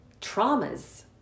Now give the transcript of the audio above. traumas